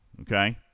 Okay